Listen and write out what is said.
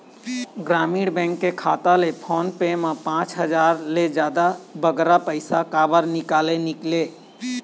ग्रामीण बैंक के खाता ले फोन पे मा पांच हजार ले बगरा पैसा काबर निकाले निकले?